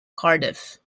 cardiff